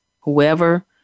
whoever